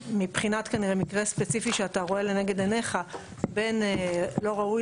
מבחינת כנראה מקרה ספציפי שאתה רואה לנגד עיניך לבין לא ראוי